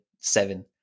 seven